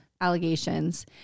allegations